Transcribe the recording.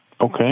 Okay